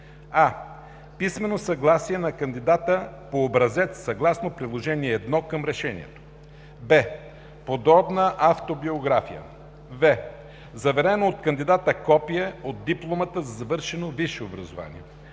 а) писмено съгласие на кандидата по образец, съгласно Приложение № 1 към Решението; б) подробна автобиография; в) заверено от кандидата копие от диплома за завършено висше образование;